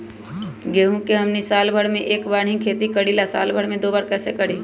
गेंहू के हमनी साल भर मे एक बार ही खेती करीला साल में दो बार कैसे करी?